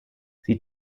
sie